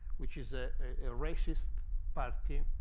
which is ah a racist party,